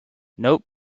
nope